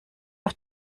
auf